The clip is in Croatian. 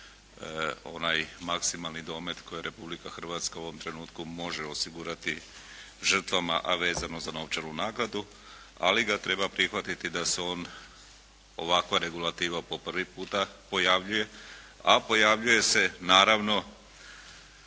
onaj maksimalni domet koji Republika Hrvatska u ovom trenutku može osigurati žrtvama, a vezano za novčanu naknadu, ali ga treba prihvatiti da se ovakva regulativa po prvi puta pojavljuje, a pojavljuje se naravno